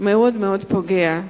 מאוד מאוד פוגע,